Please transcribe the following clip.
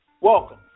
Welcome